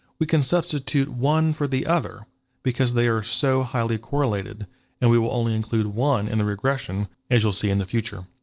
we can substitute one for the other because they are so highly correlated and we will only include one in the regression, as you'll see in the future.